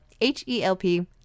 H-E-L-P